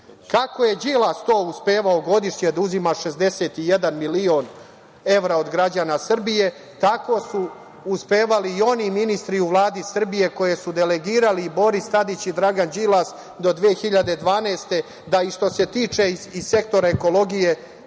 Kako je Đilas to uspevao godišnje da uzima 61 milion evra od građana Srbije, tako su uspevali i oni ministri u Vladi Srbije koje su delegirali i Boris Tadić i Dragan Đilas do 2012. godine, da što se tiče sektora ekologije